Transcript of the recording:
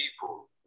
people